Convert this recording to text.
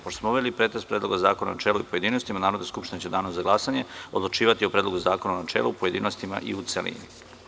Pošto smo obavili pretres Predloga zakona u načelu i u pojedinostima, Narodna skupština će u danu za glasanje odlučivati o Predlogu zakona u načelu, pojedinostima i u celini.